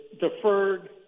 deferred